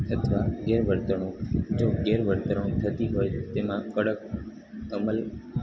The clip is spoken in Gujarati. અથવા ગેરવર્તણૂક જો ગેરવર્તણૂક થતી હોય તેમાં કડક અમલ